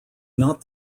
not